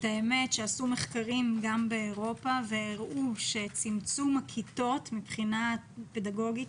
עשו מחקרים גם באירופה והראו שצמצום הכיתות מבחינה פדגוגית,